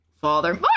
Father